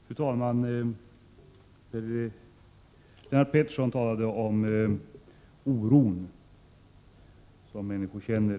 Fru talman! Lennart Pettersson angav som ett motiv den oro som människor känner.